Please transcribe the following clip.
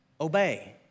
Obey